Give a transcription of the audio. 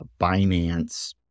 Binance